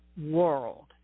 world